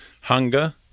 Hunger